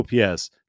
OPS